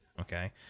Okay